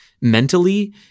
mentally